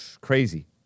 crazy